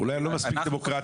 אולי אני לא מספיק דמוקרטי.